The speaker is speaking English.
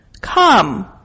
Come